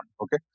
Okay